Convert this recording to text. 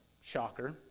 Shocker